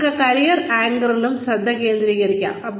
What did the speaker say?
ഒരാൾക്ക് കരിയർ ആങ്കറിലും ശ്രദ്ധ കേന്ദ്രീകരിക്കാം